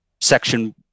Section